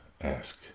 ask